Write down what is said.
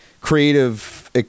creative